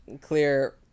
clear